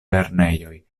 lernejoj